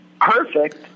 Perfect